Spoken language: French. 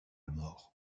mort